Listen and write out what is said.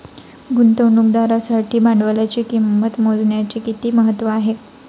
गुंतवणुकदारासाठी भांडवलाची किंमत मोजण्याचे किती महत्त्व आहे?